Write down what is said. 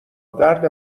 درد